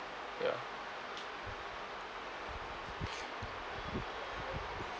ya